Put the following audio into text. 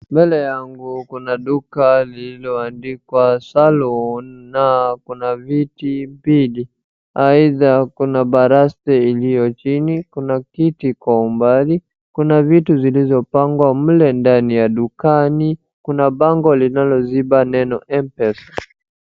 Mbele yangu kuna duka lililoandikwa salon na kuna viti mbili, aidha kuna baraste iliyo chini, kuna kiti kwa umbali, kuna vitu zilizopangwa mle ndani ya dukani, kuna bango linaloziba neno mpesa.